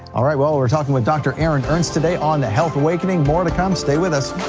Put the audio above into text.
alright, well, we're talking with dr. aaron ernst today on the health awakening, more to come, stay with us.